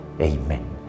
Amen